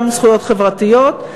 גם זכויות חברתיות.